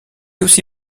aussi